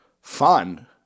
Fun